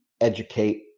educate